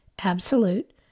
absolute